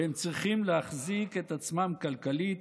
והם צריכים להחזיק את עצמם כלכלית,